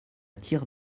tire